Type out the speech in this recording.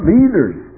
Leaders